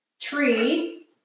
tree